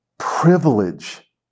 privilege